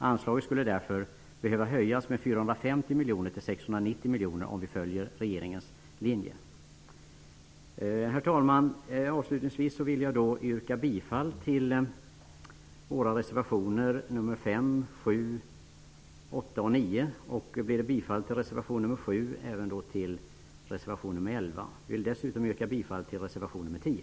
Anslaget skulle behöva höjas med 450 miljoner till 690 miljoner kronor, om vi följer regeringens linje. Herr talman! Avslutningsvis vill jag yrka bifall till våra reservationer nr 5, 7, 8 och 9. Vid bifall till reservation nr 7 yrkar jag också bifall till reservation nr 11. Jag yrkar slutligen bifall till reservation nr 10.